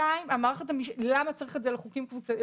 שנית, למה צריך את זה לקבוצות?